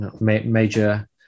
major